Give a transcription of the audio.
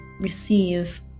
receive